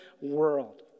world